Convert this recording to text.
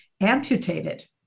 amputated